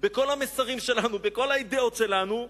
בכל המסרים שלנו, בכל האידיאות שלנו,